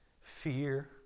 Fear